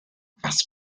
was